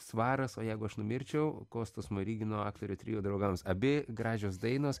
svaras o jeigu aš numirčiau kosto smorigino aktorių trio draugams abi gražios dainos